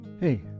Hey